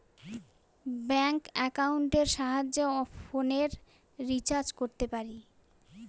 bank একাউন্টের সাহায্যে ফোনের রিচার্জ করতে পারি